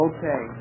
Okay